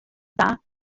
dda